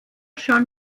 schon